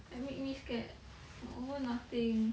like make me scared over nothing